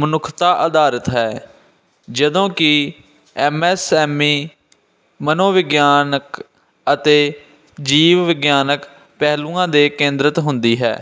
ਮਨੁੱਖਤਾ ਅਧਾਰਿਤ ਹੈ ਜਦੋਂ ਕਿ ਐਮ ਐਸ ਐਮ ਈ ਮਨੋਵਿਗਿਆਨਕ ਅਤੇ ਜੀਵ ਵਿਗਿਆਨਕ ਪਹਿਲੂਆਂ 'ਤੇ ਕੇਂਦਰਿਤ ਹੁੰਦੀ ਹੈ